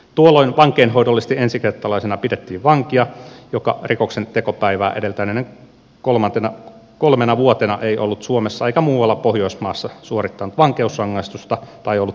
tuolloin vankeinhoidollisesti ensikertalaisena pidettiin vankia joka rikoksen tekopäivää edeltäneinä kolmena vuotena ei ollut suomessa eikä muussa pohjoismaassa suorittanut vankeusrangaistusta tai ollut pakkolaitoksessa